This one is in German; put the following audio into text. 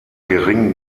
geringen